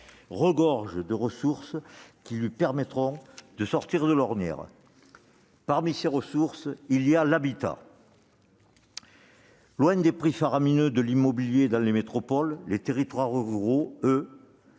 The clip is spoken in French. regorge de ressources qui lui permettront de sortir de l'ornière. Parmi ces ressources, il y a l'habitat. Loin des prix faramineux de l'immobilier dans les métropoles, les territoires ruraux sont